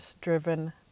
driven